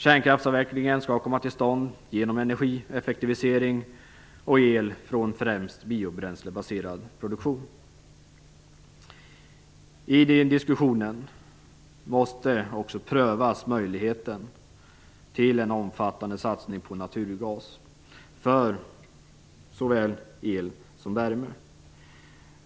Kärnkraftsavvecklingen skall komma till stånd genom energieffektivisering och el från främst biobränslebaserad produktion. I den diskussionen måste man också pröva möjligheten till en omfattande satsning på naturgas för såväl el som värme.